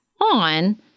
on